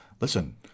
Listen